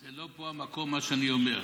פה זה לא המקום, זה מה שאני אומר.